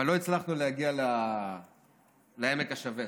אבל לא הצלחנו להגיע לעמק השווה,